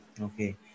Okay